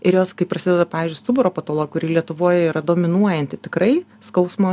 ir jos kaip prasideda pavyzdžiui stuburo patolo kuri lietuvoj yra dominuojanti tikrai skausmo